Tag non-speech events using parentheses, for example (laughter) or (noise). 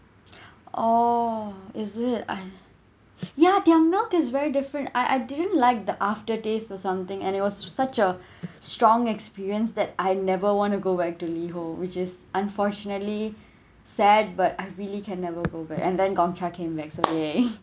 (breath) oh is it I (breath) ya their milk is very different I I didn't like the aftertaste or something and it was such a (breath) strong experienced that I never want to go back to Liho which is unfortunately (breath) sad but I really can never go back and then Gongcha came back yeah (laughs)